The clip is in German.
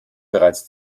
bereits